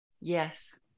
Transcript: Yes